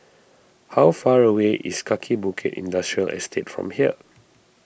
how far away is Kaki Bukit Industrial Estate from here